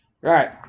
right